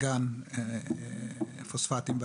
אחרים.